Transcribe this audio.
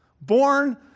Born